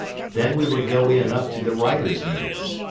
then we would go in up to the riders' knees.